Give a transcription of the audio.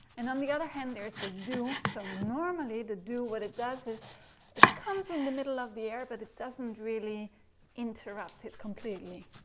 and on the other hand there's the du. so normally the du, what it does is it comes in the middle of the air but it doesn't really interrupt it completely.